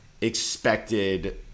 expected